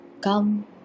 come